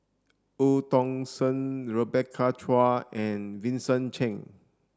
Eu Tong Sen Rebecca Chua and Vincent Cheng